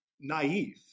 naive